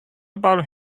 about